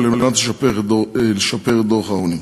כדי לשפר את דוח העוני.